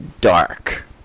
dark